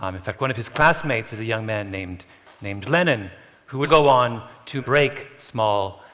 um in fact, one of his classmates is a young man named named lenin who would go on to break small,